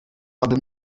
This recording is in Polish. aby